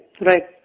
Right